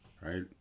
right